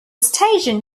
station